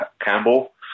Campbell